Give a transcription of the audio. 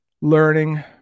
learning